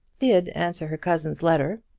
did answer her cousin's letter,